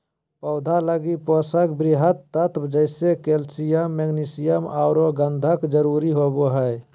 पौधा लगी पोषक वृहत तत्व जैसे कैल्सियम, मैग्नीशियम औरो गंधक जरुरी होबो हइ